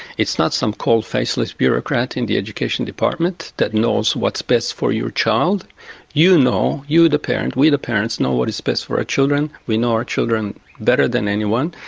it's not some cold, faceless bureaucrat in the education department that knows what's best for your child you know you the parent, we the parents know what is best for our children. we know our children better than anyone,